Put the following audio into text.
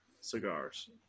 cigars